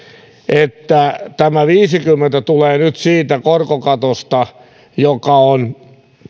että tämä viisikymmentä tulee nyt siitä korkokatosta joka on